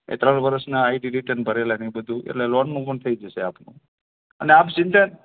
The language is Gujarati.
એ ત્રણ વરસનાં આઈટી રિટર્ન ભરેલાં ને એ બધું એટલે લોનનું પણ થઈ જશે આપનું અને આપ સીધા જ